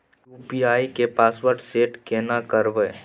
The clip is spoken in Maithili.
यु.पी.आई के पासवर्ड सेट केना करबे?